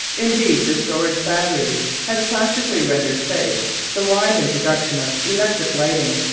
indeed the storage battery has practically rendered safe the wide introduction of electric lighting,